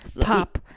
Pop